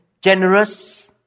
generous